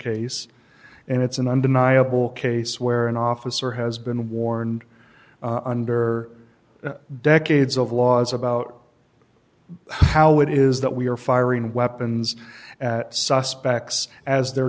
case and it's an undeniable case where an officer has been warned under decades of laws about but how it is that we are firing weapons suspects as they're